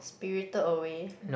spirited-away